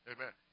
Amen